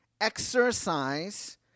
exercise